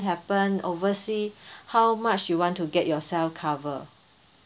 happen oversea how much you want to get yourself cover